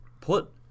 Put